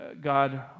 God